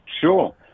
Sure